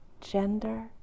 gender